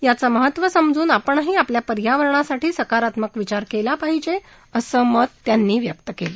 याचं महत्व समजून आपणही आपल्या पर्यावरणासाठी सकारात्मक विचार केला पाहिजे असं मत त्यांनी व्यक्त केलं